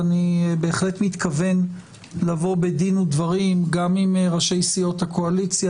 ואני בהחלט מתכוון לבוא בדין ודברים גם עם ראשי סיעות הקואליציה